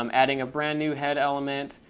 um adding a brand new head element.